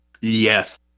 Yes